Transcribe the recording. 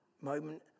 moment